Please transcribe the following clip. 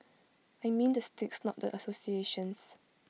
I mean the sticks not the associations